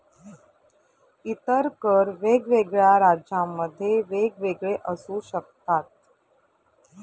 इतर कर वेगवेगळ्या राज्यांमध्ये वेगवेगळे असू शकतात